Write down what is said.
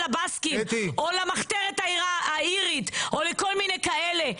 הבאסקי או למחתרת האירית או לכל מיני כאלה.